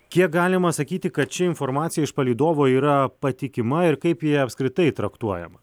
kiek galima sakyti kad ši informacija iš palydovo yra patikima ir kaip jie apskritai traktuoja